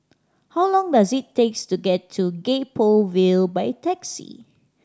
how long does it takes to get to Gek Poh Ville by taxi